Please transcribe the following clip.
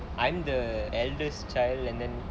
I'm the eldest child and then